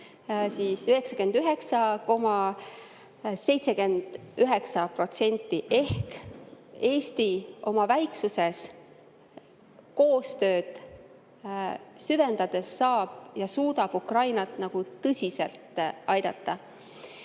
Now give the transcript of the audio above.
99,79% ehk Eesti oma väiksuses koostööd süvendades saab ja suudab Ukrainat tõsiselt aidata.